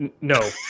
No